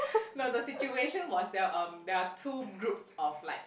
no the situation was there hmm there are two groups of like